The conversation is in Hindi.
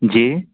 जी